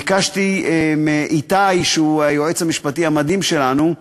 ביקשתי מאיתי, שהוא היועץ המשפטי המדהים שלנו,